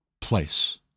place